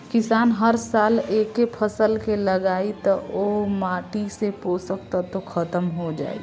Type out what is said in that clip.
किसान हर साल एके फसल के लगायी त ओह माटी से पोषक तत्व ख़तम हो जाई